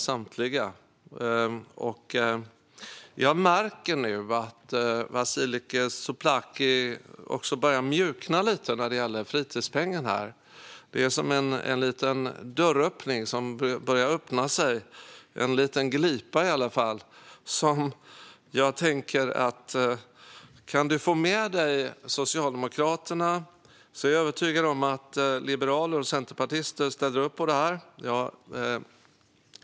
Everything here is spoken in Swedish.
Jag märker nu att Vasiliki Tsouplaki börjar mjukna lite när det gäller fritidspengen. Det är som en liten dörröppning. En liten glipa börjar öppna sig i alla fall. Kan du få med dig Socialdemokraterna, Vasiliki Tsouplaki, är jag övertygad om att liberaler och centerpartister ställer upp på det här.